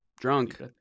drunk